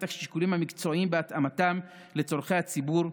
השיקולים המקצועיים והתאמתם לצורכי הציבור,